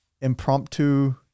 impromptu